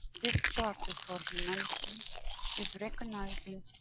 this charter for humanity is recognizing,